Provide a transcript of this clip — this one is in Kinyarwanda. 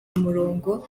umurongo